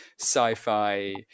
sci-fi